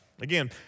Again